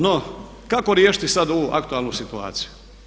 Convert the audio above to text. No, kako riješiti sad ovu aktualnu situaciju?